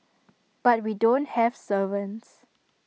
but we don't have servants